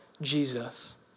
Jesus